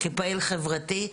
כפעיל חברתי,